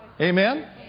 Amen